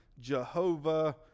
Jehovah